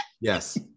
Yes